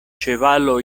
ĉevalo